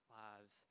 lives